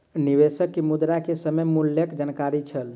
निवेशक के मुद्रा के समय मूल्यक जानकारी छल